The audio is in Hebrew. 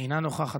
אינה נוכחת,